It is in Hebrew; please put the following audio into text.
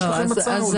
יש לכם הצעה או לא?